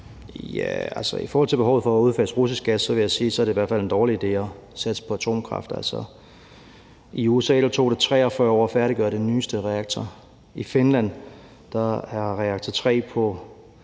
I forhold til behovet for at udfase russisk gas vil jeg sige, at det i hvert fald er en dårlig idé at satse på atomkraft. I USA tog det 43 år at færdiggøre den nyeste reaktor. I Finland er reaktor 3 på